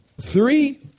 three